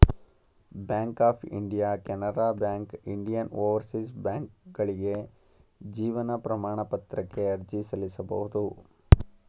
bank of India Canara bank Indian overseas ಬ್ಯಾಂಕ್ಕ್ಗಳಿಗೆ ಜೀವನ ಪ್ರಮಾಣ ಪತ್ರಕ್ಕೆ ಅರ್ಜಿ ಸಲ್ಲಿಸಬಹುದು